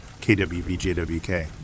KWBJWK